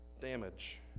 damage